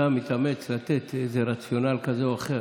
אתה מתאמץ לתת רציונל כזה או אחר.